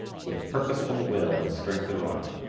with purposeful will and strength of arm.